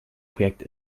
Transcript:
projekt